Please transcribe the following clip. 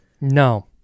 No